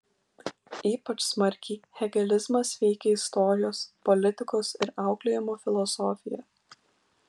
ypač smarkiai hegelizmas veikia istorijos politikos ir auklėjimo filosofiją